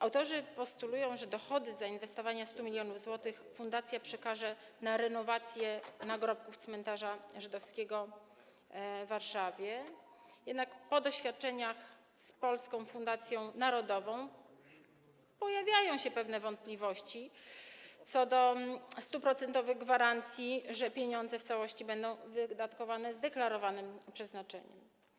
Autorzy postulują, piszą, że dochody z zainwestowania 100 mln zł fundacja przekaże na renowację nagrobków cmentarza żydowskiego w Warszawie, jednak po doświadczeniach z Polską Fundacją Narodową pojawiają się pewne wątpliwości co do 100-procentowej gwarancji, że pieniądze w całości będą wydatkowane zgodnie z deklarowanym przeznaczeniem.